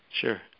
sure